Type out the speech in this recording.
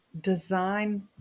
design